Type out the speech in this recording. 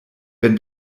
wenn